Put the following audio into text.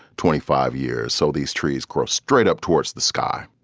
twenty five years. so these trees grow straight up towards the sky.